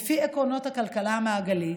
לפי עקרונות הכלכלה המעגלית,